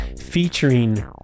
Featuring